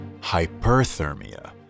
hyperthermia